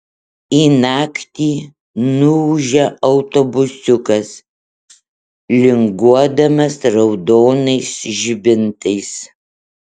į naktį nuūžia autobusiukas linguodamas raudonais žibintais